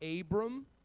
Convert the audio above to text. Abram